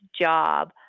job